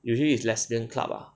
usually it's lesbian club ah